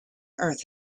earth